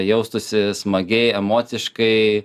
jaustųsi smagiai emociškai